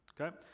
okay